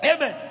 Amen